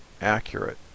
accurate